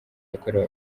yakorewe